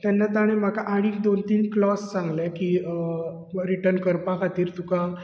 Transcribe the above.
तेन्ना म्हाका ताणी आनीक दोन तीन क्लोस सांगले की रिटन करपा खातीर तुका